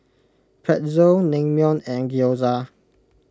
Pretzel Naengmyeon and Gyoza